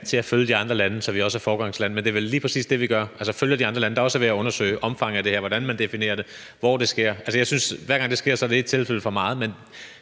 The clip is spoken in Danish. til at følge de andre lande, så vi også er foregangsland, men det er vel lige præcis det, vi gør, altså følger de andre lande, der også er ved at undersøge omfanget af det her, og hvordan man definerer det, og hvor det sker. Jeg synes, at hver gang det sker, er det ét tilfælde for meget, men